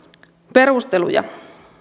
perusteluja